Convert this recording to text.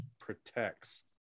protects